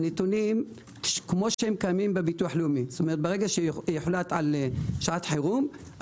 הנתונים כפי שקיימים בביטוח לאומי כשיוחלט על שעת חירום,